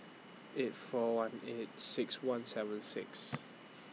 eight four one eight six one seven six